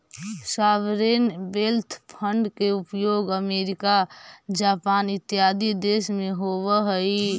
sovereign wealth fund के उपयोग America Japan इत्यादि देश में होवऽ हई